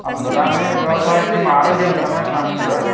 अहं ददामि भवतः किम् आरोग्यं सम्यक् नास्ति वा